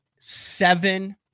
seven